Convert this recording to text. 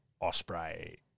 Osprey